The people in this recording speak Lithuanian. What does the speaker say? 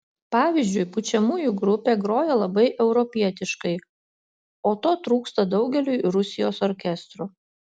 pavyzdžiui pučiamųjų grupė groja labai europietiškai o to trūksta daugeliui rusijos orkestrų